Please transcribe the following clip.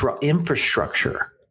infrastructure